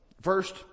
First